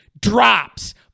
drops